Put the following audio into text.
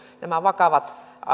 nämä vakavat